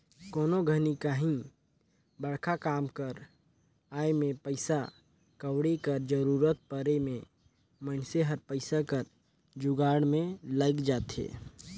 कोनो घनी काहीं बड़खा काम कर आए में पइसा कउड़ी कर जरूरत परे में मइनसे हर पइसा कर जुगाड़ में लइग जाथे